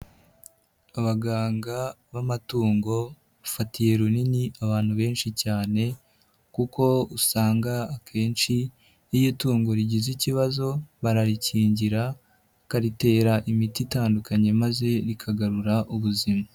Abaganga b'amatungo bafatiye runini abantu benshi cyane kuko usanga akenshi iyo itungo rigize ikibazo bararikingira, bakaritera imiti itandukanye maze rikagarura ubuzima.